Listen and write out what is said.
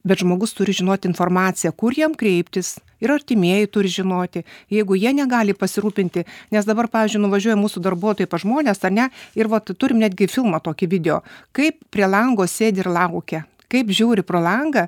bet žmogus turi žinot informaciją kur jam kreiptis ir artimieji turi žinoti jeigu jie negali pasirūpinti nes dabar pavyzdžiui nuvažiuoja mūsų darbuotojai pas žmones ar ne ir vat turim netgi filmą tokį video kaip prie lango sėdi ir laukia kaip žiūri pro langą